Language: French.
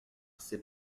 c’est